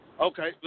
Okay